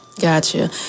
Gotcha